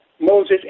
Moses